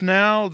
now